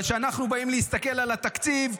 אבל כשאנחנו באים להסתכל על התקציב,